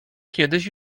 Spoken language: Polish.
kiedyś